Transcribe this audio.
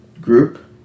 group